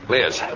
Liz